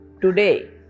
Today